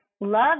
love